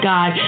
God